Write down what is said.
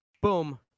boom